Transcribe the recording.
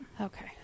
Okay